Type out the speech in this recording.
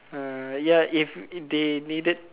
mm ya if they needed